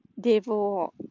Devo